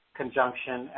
conjunction